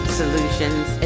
solutions